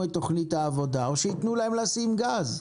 את תוכנית העבודה או שיתנו להם לשים גז,